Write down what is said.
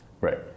Right